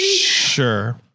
Sure